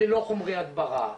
ללא חומרי הדברה,